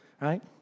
right